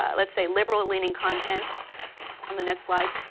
ah let's say liberal leaning content on the next slide,